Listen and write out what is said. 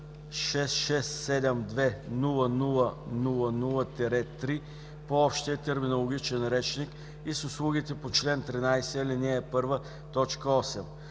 66720000-3 по Общия терминологичен речник, и с услугите по чл. 13, ал.